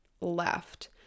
left